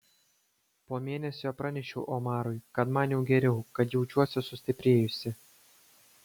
po mėnesio pranešiau omarui kad man jau geriau kad jaučiuosi sustiprėjusi